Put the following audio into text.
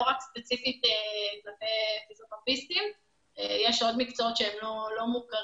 רק ספציפית של הפיזיותרפיסטים אלא יש עוד מקצועות שהם לא מוכרים.